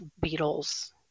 beetles